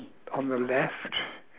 on the left